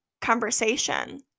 conversation